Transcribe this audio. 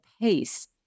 pace